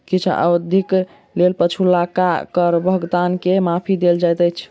किछ अवधिक लेल पछुलका कर भुगतान के माफी देल जाइत अछि